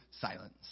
silence